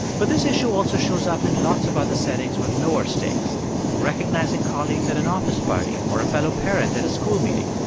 but this issue also shows up in lots of other settings with lower stakes recognizing colleagues at an office party or a fellow parent at a school meeting.